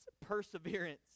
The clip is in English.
perseverance